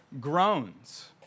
groans